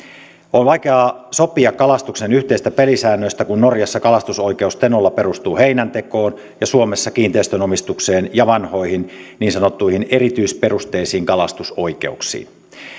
on vaikeaa sopia kalastuksen yhteisistä pelisäännöistä kun norjassa kalastusoikeus tenolla perustuu heinäntekoon ja suomessa kiinteistön omistukseen ja vanhoihin niin sanottuihin erityisperusteisiin kalastusoikeuksiin